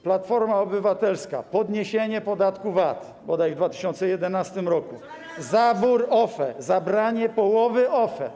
Platforma Obywatelska - podniesienie podatku VAT, bodaj w 2011 r., zabór OFE, zabranie połowy OFE.